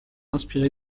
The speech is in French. inspiré